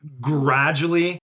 gradually